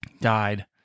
Died